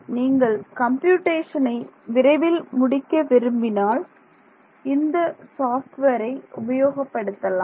நீங்கள் கம்ப்யூடேஷனை விரைவாக முடிக்க விரும்பினால் இந்த சாப்ட்வேரை உபயோகப்படுத்தலாம்